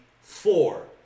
four